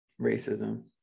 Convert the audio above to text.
Racism